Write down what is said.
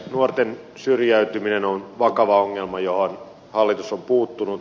nuorten syrjäytyminen on vakava ongelma johon hallitus on puuttunut